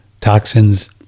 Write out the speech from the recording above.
toxins